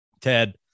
Ted